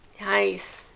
nice